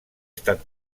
estat